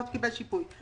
לא קיבל שיפוי.